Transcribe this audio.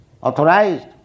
Authorized